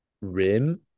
rim